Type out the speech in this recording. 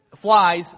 Flies